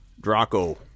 Draco